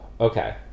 Okay